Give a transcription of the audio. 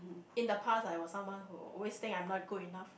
in the past I was someone who always think I'm not good enough